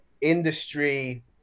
industry